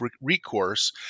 recourse